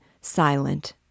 silent